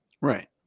Right